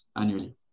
annually